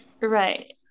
Right